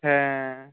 হ্যাঁ